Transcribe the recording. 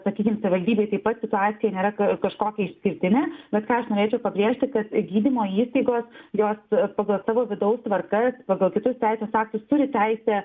sakykim savaldybėj taip pat situacija nėra k kažkokia išskirtinė bet ką aš norėčiau pabrėžti kad gydymo įstaigos jos pagal savo vidaus tvarkas pagal kitus teisės aktus turi teisę